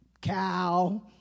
cow